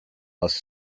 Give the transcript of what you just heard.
most